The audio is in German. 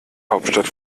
hauptstadt